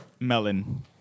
Melon